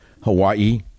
Hawaii